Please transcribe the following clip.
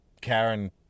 Karen